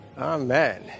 Amen